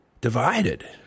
divided